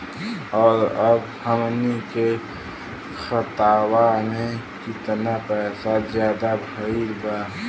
और अब हमनी के खतावा में कितना पैसा ज्यादा भईल बा?